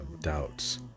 Doubts